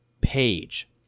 page